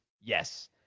yes